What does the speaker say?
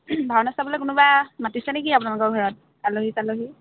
ভাওনা চাবলে কোনোবা মাতিছে নেকি আপোনালোকৰ ঘৰত আলহী চালহী